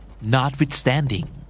Notwithstanding